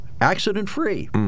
Accident-free